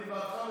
אני בעדך ונגדך.